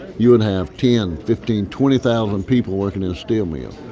you would have ten, fifteen, twenty thousand people working in a steel mill.